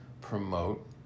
promote